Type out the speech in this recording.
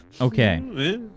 Okay